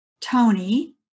Tony